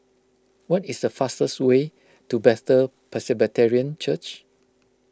what is the fastest way to Bethel Presbyterian Church